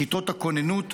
לכיתות הכוננות,